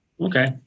Okay